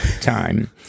time